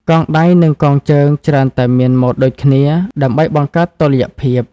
កងដៃនិងកងជើងច្រើនតែមានម៉ូដដូចគ្នាដើម្បីបង្កើតតុល្យភាព។